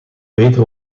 beter